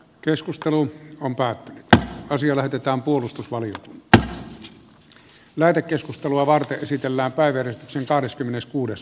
keskustelun on päätettävä asia lähetetään puolustusvalio tähyää lähetekeskustelua varten käsitellään enempää käsitellä